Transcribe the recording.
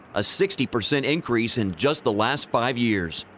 a sixteen percent increase in just the last five years.